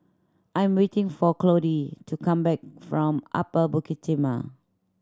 I am waiting for Claudie to come back from Upper Bukit Timah